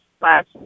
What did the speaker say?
last